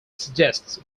suggests